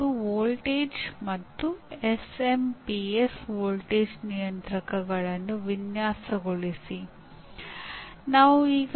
ವಿದ್ಯಾರ್ಥಿಗಳಿಗೆ ಆಂತರಿಕ ಮತ್ತು ಬಾಹ್ಯ ಪ್ರೇರಣೆಗಳ ವ್ಯವಸ್ಥೆಗೊಳಿಸಬೇಕಾಗುತ್ತದೆ